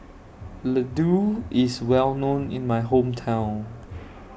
Ladoo IS Well known in My Hometown